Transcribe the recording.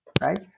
right